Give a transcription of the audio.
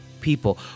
people